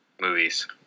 movies